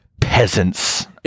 peasants